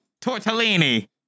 Tortellini